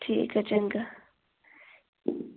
ठीक ऐ चंगा